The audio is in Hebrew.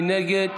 מי נגד?